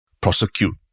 prosecute